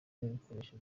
n’ibikoresho